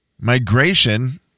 Migration